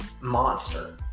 monster